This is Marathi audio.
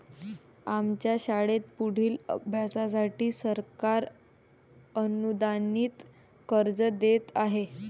आमच्या शाळेत पुढील अभ्यासासाठी सरकार अनुदानित कर्ज देत आहे